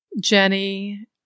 Jenny